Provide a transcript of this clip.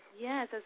Yes